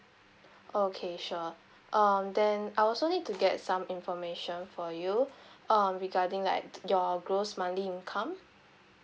okay sure um then I also need to get some information for you um regarding like your gross monthly income